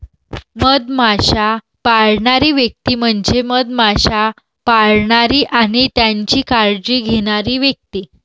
मधमाश्या पाळणारी व्यक्ती म्हणजे मधमाश्या पाळणारी आणि त्यांची काळजी घेणारी व्यक्ती